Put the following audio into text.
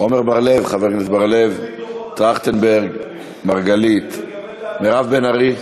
עמר בר-לב, טרכטנברג, מרגלית, מירב בן ארי,